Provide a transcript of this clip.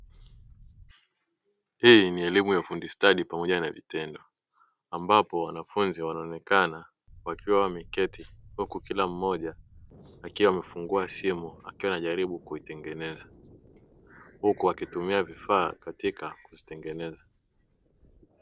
Hii ni elimu ya ufundi stadi pamoja na vitendo, ambapo wanafunzi wanaonekana wakiwa wameketi, huku kila mmoja akiwa amefungua simu akiwa anajaribu kuitengeneza, huku wakitumia vifaa katika kuzitengeneza.